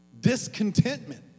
discontentment